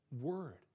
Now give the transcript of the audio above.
word